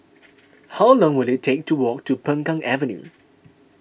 how long will it take to walk to Peng Kang Avenue